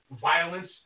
violence